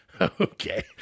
Okay